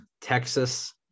Texas